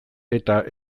eta